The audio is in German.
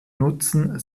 nutzen